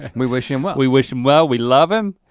ah we wish him well. we wish him well, we love him.